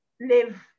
live